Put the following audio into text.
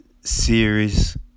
Series